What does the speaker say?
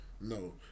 No